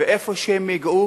ואיפה שהם ייגעו